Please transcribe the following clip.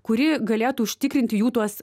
kuri galėtų užtikrinti jų tuos